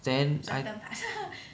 then I